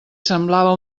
semblava